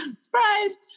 surprise